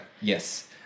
yes